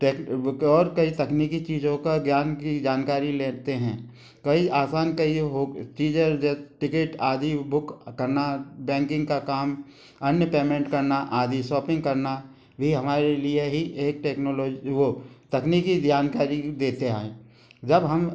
और कई तकनीकी चीज़ों का ज्ञान की जानकारी लेते हैं कई आसान कहिये होके चीज़ें टिकेट आदि बुक करना बैंकिंग का काम अन्य पैमेंट करना आदि सॉपिंग करना भी हमारे लिए ही एक टेक्नोलॉजी वो तकनीकी जानकारी देते हैं जब हम